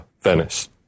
Venice